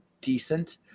decent